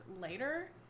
later